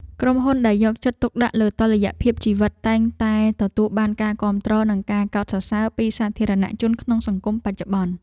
ក្រុមហ៊ុនដែលយកចិត្តទុកដាក់លើតុល្យភាពជីវិតតែងតែទទួលបានការគាំទ្រ និងការកោតសរសើរពីសាធារណជនក្នុងសង្គមបច្ចុប្បន្ន។